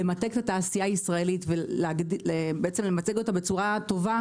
כדי למתג את התעשייה הישראלית ולמצג אותה בצורה טובה